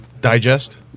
Digest